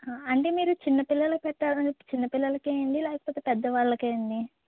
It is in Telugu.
అంటే మీరు చిన్న పిల్లలకి పెట్టాలని చిన్న పిల్లలకా అండి లేకపోతే పెద్ద వాళ్ళకా అండి